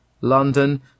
London